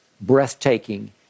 breathtaking